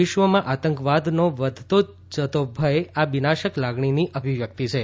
વિશ્વમાં આતંકવાદનો વધતો જતો ભય આ વિનાશક લાગણીની અભિવ્યક્તિ છે